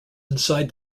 inside